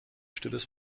stilles